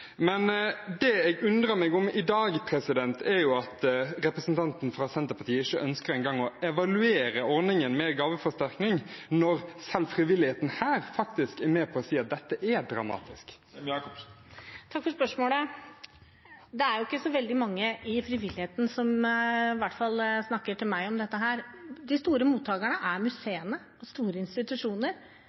Det jeg undrer meg over i dag, er at representanten fra Senterpartiet ikke engang ønsker å evaluere ordningen med gaveforsterkning, når selv frivilligheten her er med på å si at dette er dramatisk. Takk for spørsmålet. Det er jo ikke så veldig mange i frivilligheten som snakker til meg om dette, i hvert fall. De store mottakerne er museene, store institusjoner.